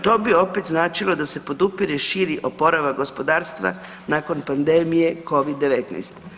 To bi opet značilo da se podupire šiti oporavak gospodarstva nakon pandemije Covid-19.